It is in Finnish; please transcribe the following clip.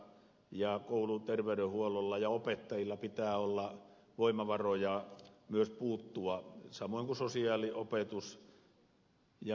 koulun terveydenhuollolla ja opettajilla pitää olla myös voimavaroja puuttua samoin kuin sosiaali opetus ja muilla viranomaisilla